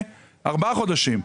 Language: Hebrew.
תודה רבה.